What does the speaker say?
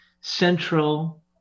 central